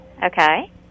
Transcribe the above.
Okay